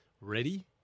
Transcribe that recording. ready